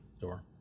door